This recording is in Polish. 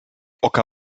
oka